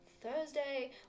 thursday